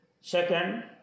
second